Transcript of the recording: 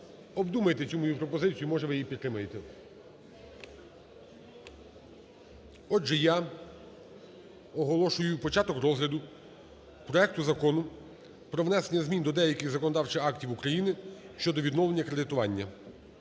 Обдумайте цю мою пропозицію, може ви її підтримаєте. Отже, я оголошую початок розгляду проекту Закону про внесення змін до деяких законодавчих актів України щодо відновлення кредитування